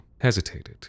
hesitated